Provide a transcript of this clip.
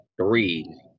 three